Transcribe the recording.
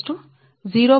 ఇది సమీకరణం 34